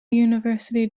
university